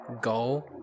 go